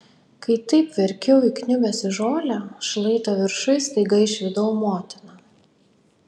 kai taip verkiau įkniubęs į žolę šlaito viršuj staiga išvydau motiną